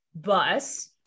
bus